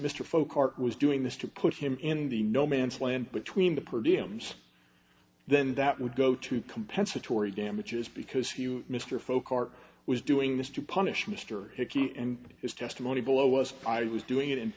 mr folk art was doing this to put him in the no man's land between the produce then that would go to compensatory damages because you mr folk art was doing this to punish mr hickey and his testimony below us i was doing it